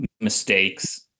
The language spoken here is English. mistakes